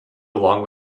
along